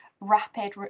rapid